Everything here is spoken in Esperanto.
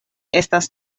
estas